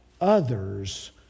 others